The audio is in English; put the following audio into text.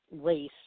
race